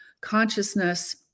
consciousness